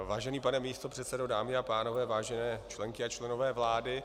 Vážený pane místopředsedo, dámy a pánové, vážené členky a členové vlády.